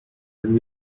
than